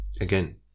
again